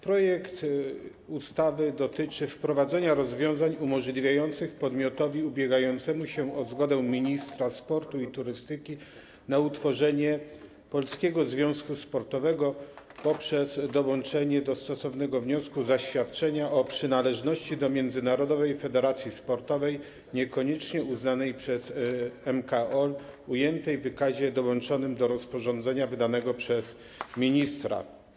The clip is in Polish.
Projekt ustawy dotyczy wprowadzenia rozwiązań umożliwiających podmiotowi ubiegającemu się o zgodę ministra sportu i turystyki utworzenie polskiego związku sportowego poprzez dołączenie do stosownego wniosku zaświadczenia o przynależności do międzynarodowej federacji sportowej niekoniecznie uznanej przez MKOl, ujętej w wykazie dołączonym do rozporządzenia wydanego przez ministra.